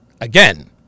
Again